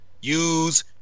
use